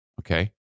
Okay